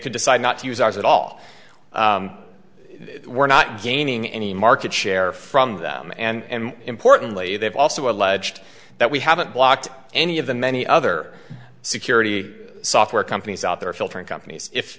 could decide not to use ours at all we're not gaining any market share from them and importantly they've also alleged that we haven't blocked any of the many other security software companies out there filtering companies if